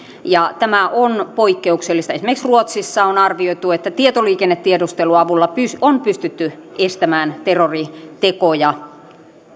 tämä on poikkeuksellista esimerkiksi ruotsissa on arvioitu että tietoliikennetiedustelun avulla on pystytty estämään terroritekoja